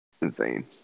insane